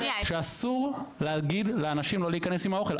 שאסור להגיד לאנשים לא להיכנס עם האוכל,